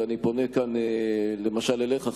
ואני פונה כאן למשל אליך,